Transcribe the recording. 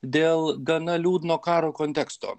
dėl gana liūdno karo konteksto